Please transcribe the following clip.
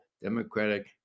Democratic